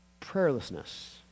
prayerlessness